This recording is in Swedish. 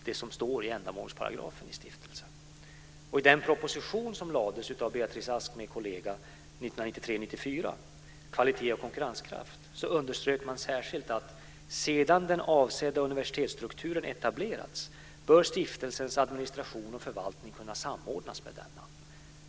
Det står i ändamålsparagrafen för stiftelsen. I den proposition som lades fram av Beatrice Ask med kollega 1993/94 om kvalitet och konkurrenskraft underströk man särskilt att sedan den avsedda universitetsstrukturen etablerats bör stiftelsens administration och förvaltning kunna samordnas med denna.